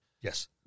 Yes